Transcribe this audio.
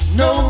no